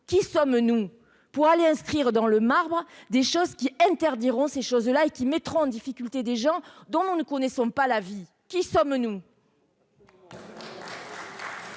qui sommes-nous pour aller inscrire dans le marbre des choses qui interdiront ces choses-là et qui mettra en difficulté des gens dont nous ne connaissons pas la vie, qui sommes-nous.